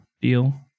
deal